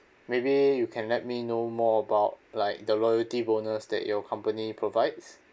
maybe you can let me know more about like the loyalty bonus that your company provides